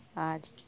ᱟᱨ